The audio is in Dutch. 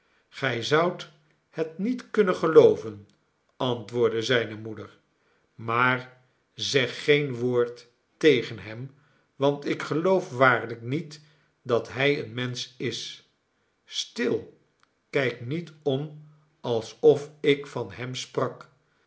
gij zoudt het niet kunnen gelooven antwoordde zijne moeder maar zeg geen woord tegen hem want ik geloof waarlijk niet dat hij een mensch is stil kijk niet om alsof ik van hem sprak